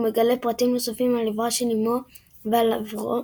הוא מגלה פרטים נוספים על עברה של אימו ועל עברו